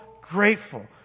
grateful